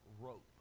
rope